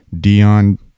dion